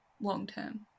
Long-term